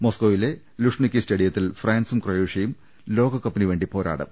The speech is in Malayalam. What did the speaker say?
മോസ്കോയിലെ ലുഷ്നിക്കി സ്റ്റേഡിയത്തിൽ ഫ്രാൻസും ക്രൊയേ ഷ്യയും ലോകകപ്പിനുവേണ്ടി പോരാടും